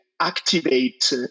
activate